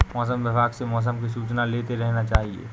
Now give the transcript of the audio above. मौसम विभाग से मौसम की सूचना लेते रहना चाहिये?